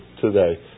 today